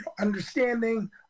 understanding